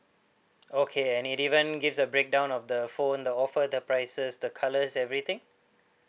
okay and it even gives a breakdown of the phone the offer the prices the colours everything